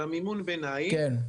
על מימון הביניים,